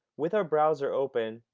with our browser open,